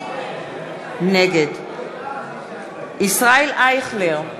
נגד ישראל אייכלר,